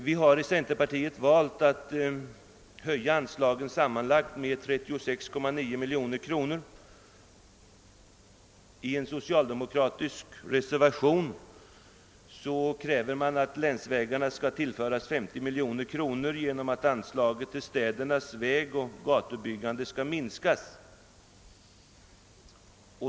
Vi har i centerpartiet valt att föreslå en höjning av anslagen med sammanlagt 36,9 miljoner kronor. I en socialdemokratisk reservation kräver man att länsvägarna skall tillföras 50 miljoner kronor genom att anslaget till städernas vägoch gatubyggande minskas.